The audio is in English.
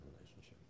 relationship